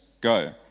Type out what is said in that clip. go